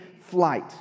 flight